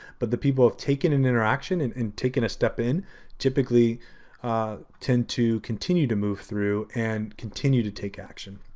but the people who have taken an interaction and and taken a step in typically tend to continue to move through and continue to take action.